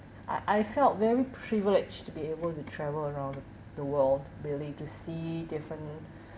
I I felt very privileged to be able to travel around the the world really to see different